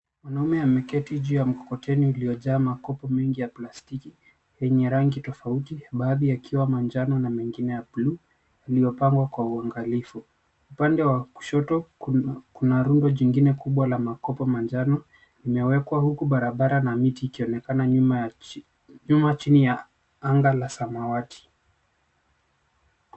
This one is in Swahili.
Mwanaume ameketi juu ya mkokoteni iliyojaa makopo mengi ya plastiki yenye rangi tofauti, baadhi yakiwa manjano na mengine ya buluu yaliyopangwa kwa uangalifu. Upande wa kushoto kuna rundo jingine kubwa la makopo manjano imewekwa huku barabara na miti ikionekana nyuma chini ya anga la samawati.